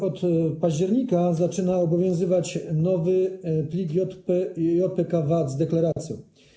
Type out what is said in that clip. Od października zaczyna obowiązywać nowy plik JPK_VAT z deklaracją.